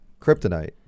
Kryptonite